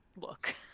look